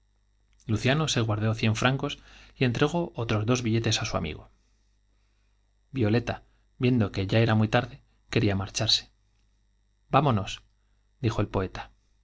luciano se guardó entregó dos billetes á su amigo violeta viendo que ya era muy tarde quería mar charse vámonos dijo el poeta